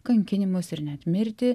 kankinimus ir net mirtį